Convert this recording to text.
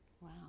Wow